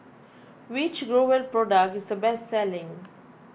which Growell product is the best selling